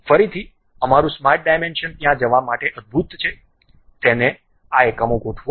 ફરીથી અમારું smart dimension ત્યાં જવા માટે અદ્ભુત છે તેને આ એકમો ગોઠવો